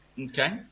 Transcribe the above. Okay